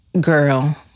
girl